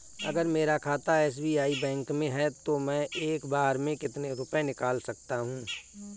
अगर मेरा खाता एस.बी.आई बैंक में है तो मैं एक बार में कितने रुपए निकाल सकता हूँ?